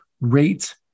rate